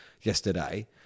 yesterday